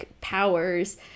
powers